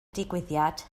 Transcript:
digwyddiad